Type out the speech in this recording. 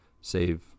save